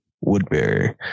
Woodbury